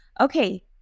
okay